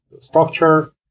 structure